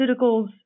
pharmaceuticals